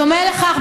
בדומה לכך,